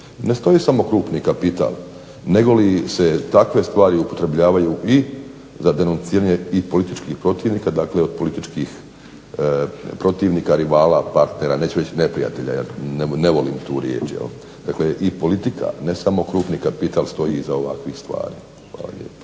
Ne stoji samo krupni kapital nego se takve stvari upotrebljavaju i za denunciranje i političkih protivnika, dakle političkih protivnika, rivala, partnera, neću reći neprijatelja jer ne volim tu riječ. Dakle i politika, ne samo krupni kapital stoji iza ovakvih stvari. Hvala lijepo.